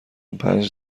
پنج